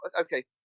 Okay